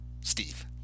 Steve